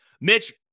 Mitch